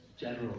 general